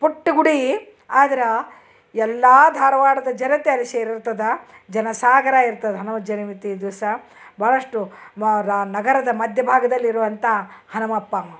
ಪುಟ್ಟ ಗುಡಿ ಆದ್ರ ಎಲ್ಲಾ ಧಾರವಾಡದ ಜನತೆ ಅಲ್ಲಿ ಸೇರಿರ್ತದ ಜನಸಾಗರ ಇರ್ತದ ಹನುಮ ಜನುಮತಿ ದಿವಸ ಭಾಳಷ್ಟು ಮ ರಾ ನಗರದ ಮಧ್ಯ ಭಾಗದಲ್ಲಿರುವಂಥ ಹನಮಪ್ಪ ಅವ